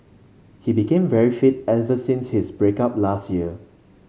he became very fit ever since his break up last year